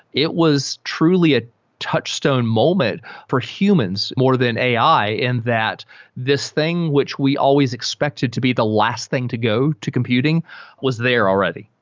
it was truly a touchstone moment for humans more than ai, and that this thing which we always expected to be the last thing to go to computing was there already.